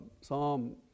Psalm